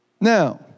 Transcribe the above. now